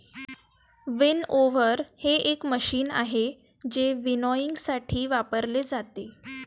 winnower हे एक machine आहे जे विनॉयइंगसाठी वापरले जाते